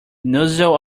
nozzle